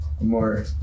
more